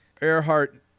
Earhart